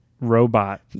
robot